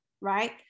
right